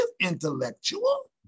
intellectual